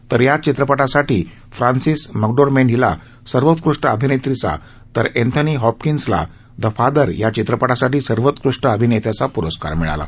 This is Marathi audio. तर याच चित्रप ासाठी फ्रान्सिस मकडोरमेंड हिला सर्वोत्कृष् अभिनेत्रीचा तर एन्थनी हॉपकिन्सला द ादर चित्रप साठी सर्वोत्कृष् अभिनेत्याचा पुरस्कार मिळाला